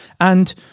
And-